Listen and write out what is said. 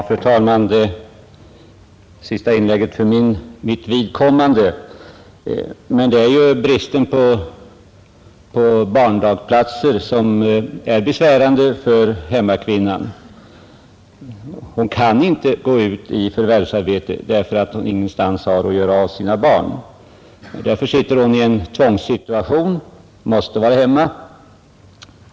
Fru talman! Det här är sista inlägget för mitt vidkommande. Det är ju bristen på barntillsynsplatser som är besvärande för hemmakvinnan. Hon kan inte gå ut i förvärvsarbetet därför att hon ingenstans har att göra av sina barn. Därför sitter hon i en tvångssituation och måste vara hemma.